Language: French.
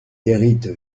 guérite